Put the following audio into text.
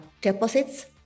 deposits